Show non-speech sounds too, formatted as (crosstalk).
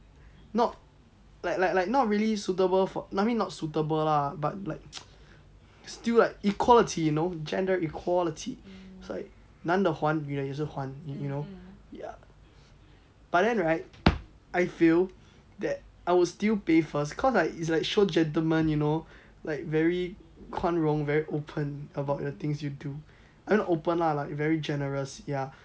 not like like not really suitable for I mean not suitable lah but like (noise) it's still like equality you know gender equality it's like 男的还女的也是还 you know ya but then right I feel that I will still pay first cause like it's like show gentlemen you know like very 宽容 very open about the things you do not open lah very generous